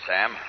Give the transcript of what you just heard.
Sam